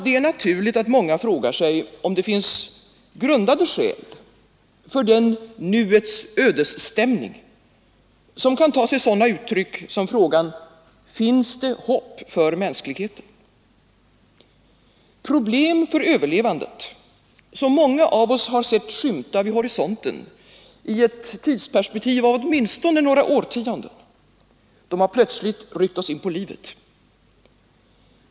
Det är naturligt att många frågar sig om det finns grundade skäl för den nuets ödesstämning som kan ta sig sådana uttryck som frågan: Finns det hopp för mänskligheten? Problem för överlevandet, som många av oss sett skymta vid horisonten, i ett tidsperspektiv av åtminstone några årtionden, har plötsligt ryckt oss inpå livet.